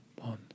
One